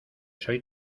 soy